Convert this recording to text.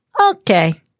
okay